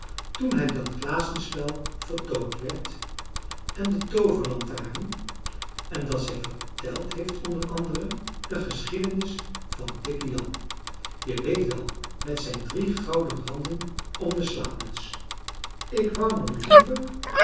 toen het janklaassenspel vertoond werd en de tooverlantaren en dat zij verteld heeft o a de geschiedenis van dikke jan je weet wel met zijn drie gouden randen om de slaapmuts ik wou nog liever